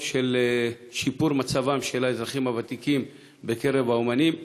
לשיפור מצבם של האזרחים הוותיקים האמנים,